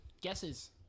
Guesses